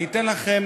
אני אתן לכם